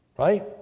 right